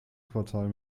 quartal